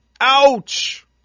Ouch